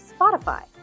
Spotify